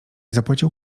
zapłacił